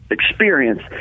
experience